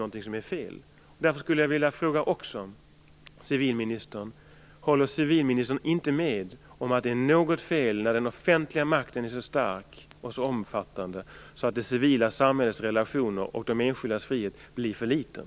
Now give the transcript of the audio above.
Jag skulle vilja fråga civilministern: Håller civilministern inte med om att det är något fel när den offentliga makten är så stark och omfattande att den civila samhällsrelationen, de enskildas frihet blir för liten?